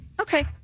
Okay